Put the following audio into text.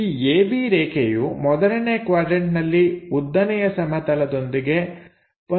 ಈ AB ರೇಖೆಯು ಮೊದಲನೇ ಕ್ವಾಡ್ರನ್ಟನಲ್ಲಿ ಉದ್ದನೆಯ ಸಮತಲದೊಂದಿಗೆ ಒಂದು ಕೋನದಲ್ಲಿ ಇದೆ